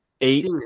Eight